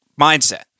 mindset